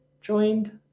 joined